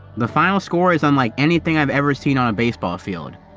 the final score is unlike anything i've ever seen on a baseball field.